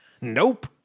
Nope